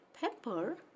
Pepper